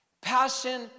Passion